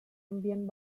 ambient